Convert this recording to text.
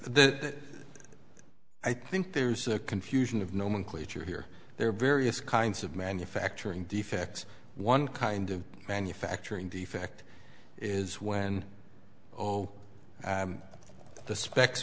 the i think there's a confusion of nomenclature here there are various kinds of manufacturing defects one kind of manufacturing defect is when oh the specs